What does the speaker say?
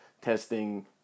testing